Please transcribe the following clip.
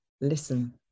listen